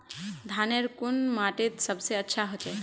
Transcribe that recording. धानेर कुन माटित सबसे अच्छा होचे?